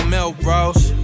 Melrose